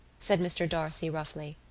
said mr. d'arcy roughly.